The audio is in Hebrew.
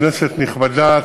כנסת נכבדה,